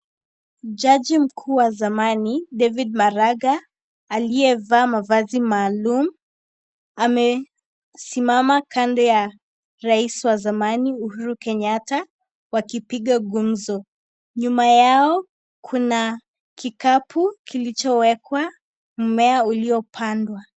Jaji mkuu wa zamani David Maraga aliyevaa mavazi maalum, amesimama Kando ya rais wa zamani Uhuru Kenyatta wakipiga gumzo, nyuma yao kuna kikapu kilichowekwa mmea uliopandwa.